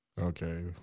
Okay